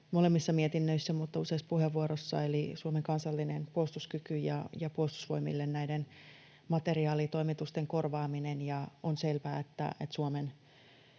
molemmissa mietinnöissä myös useassa puheenvuorossa, eli Suomen kansallinen puolustuskyky ja näiden materiaalitoimitusten korvaaminen Puolustusvoimille. On selvää, että Suomen